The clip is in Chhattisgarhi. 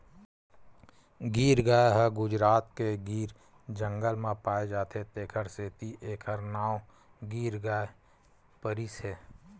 गीर गाय ह गुजरात के गीर जंगल म पाए जाथे तेखर सेती एखर नांव गीर गाय परिस हे